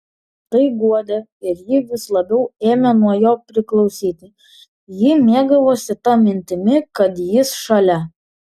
tai guodė ir ji vis labiau ėmė nuo jo priklausyti ji mėgavosi ta mintimi kad jis šalia